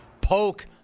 poke